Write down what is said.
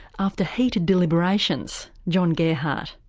after heated deliberations. john gearhart.